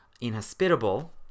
inhospitable